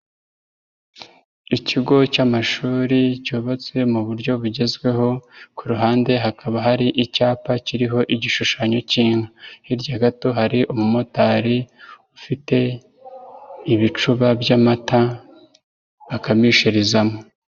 Ikigo cy'amashuri cyubatse mu buryo bugezweho ku ruhande hakaba hari icyapa kiriho igishushanyo k'inka, hirya gato hari umumotari ufite ibicuba by'amata akamishirizamo.